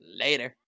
Later